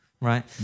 Right